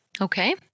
Okay